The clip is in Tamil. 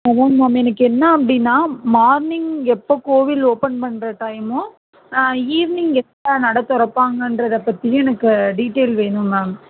அதான் மேம் எனக்கு என்ன அப்படின்னா மார்னிங் எப்போ கோவில் ஓப்பன் பண்ணுற டைமோ ஈவினிங் எப்போ நடை திறப்பாங்கன்றத பற்றியும் எனக்கு டீட்டெய்ல் வேணும் மேம்